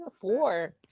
Four